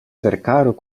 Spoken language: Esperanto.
verkaro